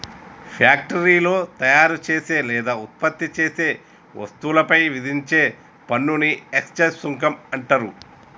ఫ్యాక్టరీలో తయారుచేసే లేదా ఉత్పత్తి చేసే వస్తువులపై విధించే పన్నుని ఎక్సైజ్ సుంకం అంటరు